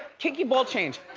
kiki ball-change.